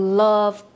love